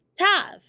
Tav